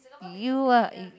you are a